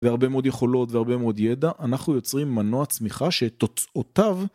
והרבה מאוד יכולות והרבה מאוד ידע אנחנו יוצרים מנוע צמיחה שתוצאותיו